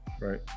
Right